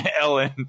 ellen